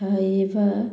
ଖାଇବା